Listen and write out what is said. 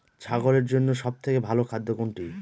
ছাগলের জন্য সব থেকে ভালো খাদ্য কোনটি?